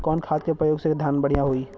कवन खाद के पयोग से धान बढ़िया होई?